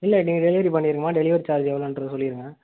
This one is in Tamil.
இல்லை நீங்கள் டெலிவரி பண்ணிடுருங்கம்மா டெலிவரி சார்ஜ் எவ்வளோன்றத சொல்லிடுங்க